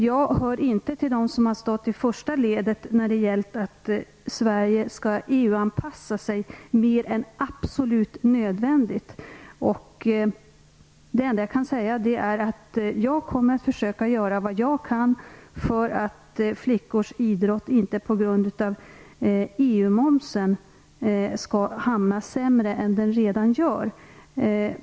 Jag hör inte till dem som har stått i första ledet när det gällt att Sverige skall EU anpassa sig mer än absolut nödvändigt. Det enda jag kan säga är att jag kommer att försöka göra vad jag kan för att flickors idrott på grund av EU-momsen inte skall hamna sämre än den redan gör.